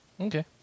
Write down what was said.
Okay